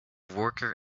worker